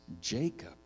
Jacob